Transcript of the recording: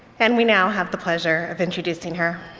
and we now have the pleasure of introducing her.